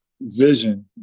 vision